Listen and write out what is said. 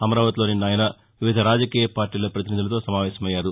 అమరావతిలో నిన్న ఆయన వివిధ రాజకీయ పార్లీల పతినిధులతో సమావేశమయ్యారు